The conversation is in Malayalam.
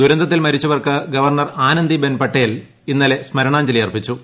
ദുരന്തത്തിൽ മരിച്ചവർക്ക് ഗവർണർ ആനന്ദിബെൻ പട്ടേൽ ഇന്നലെ സ്മരണാഞ്ജലി അർപ്പിച്ചു